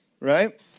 Right